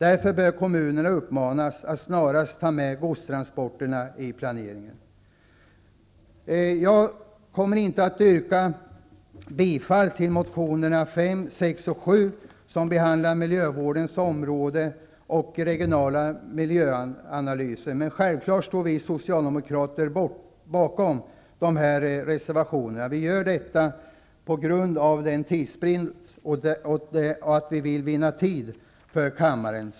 Därför bör kommunerna uppmanas att snarast ta med godstransporterna i planeringen. Jag kommer på grund av kammarens tidsbrist inte att yrka bifall till reservationerna 5, 6 och 7 om miljövården och regionala miljöanalyser. Men vi socialdemokrater står självfallet bakom dessa reservationer.